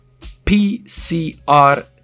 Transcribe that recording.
PCR